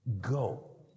go